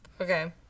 Okay